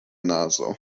nazo